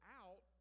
out